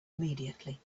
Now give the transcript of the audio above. immediately